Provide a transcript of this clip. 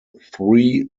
three